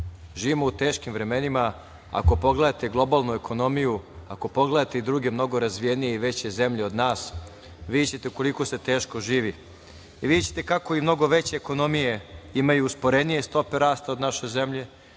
Živimo u teškim vremenima. Ako pogledate globalnu ekonomiju, ako pogledate i druge mnogo razvijenije i veće zemlje od nas, videćete koliko se teško živi i videćete kako i mnogo veće ekonomije imaju usporenije stope rasta od naše zemlje,